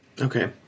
Okay